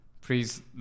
please